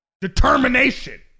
Determination